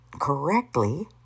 correctly